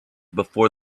before